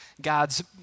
God's